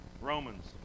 Romans